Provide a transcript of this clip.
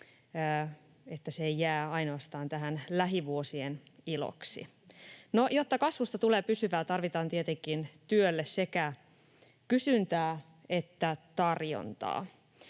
että se ei jää ainoastaan lähivuosien iloksi. No, jotta kasvusta tulee pysyvää, tarvitaan tietenkin työlle sekä kysyntää että tarjontaa.